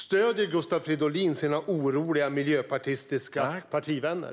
Stöder Gustav Fridolin sina oroliga miljöpartistiska partivänner?